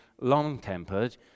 long-tempered